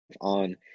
on